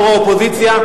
יו"ר האופוזיציה,